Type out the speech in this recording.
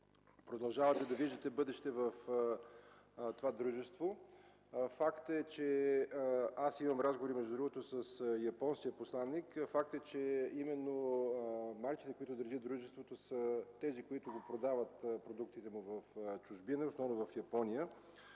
продължавате да виждате бъдеще в това дружество. Имам разговори с японския посланик. Факт е, че именно тези, които държат дружеството, са и тези, които продават продуктите му в чужбина, основно в Япония.